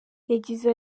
yagize